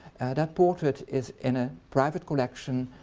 that portrait is in a private collection,